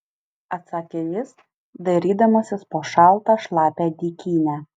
atsakė jis dairydamasis po šaltą šlapią dykynę